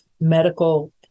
medical